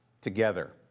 Together